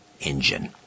engine